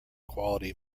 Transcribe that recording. quality